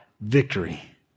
victory